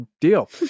Deal